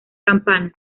campana